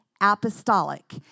apostolic